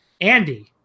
Andy